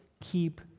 keep